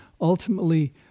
ultimately